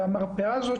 המרפאה הזאת,